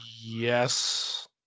Yes